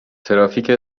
ترافیک